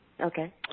Okay